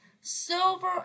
Silver